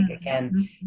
Again